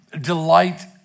delight